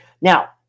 Now